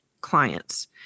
clients